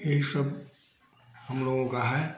यही सब हम लोगों का है